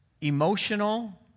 Emotional